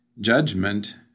judgment